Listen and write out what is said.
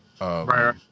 Right